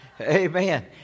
Amen